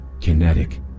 kinetic